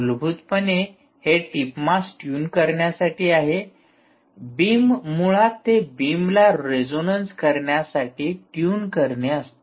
मूलभूतपणे हे tip mass tune करण्यासाठी आहे बीम मुळात ते बीमला रेझोनन्स करण्यासाठी ट्यून करणे असते